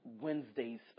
Wednesday's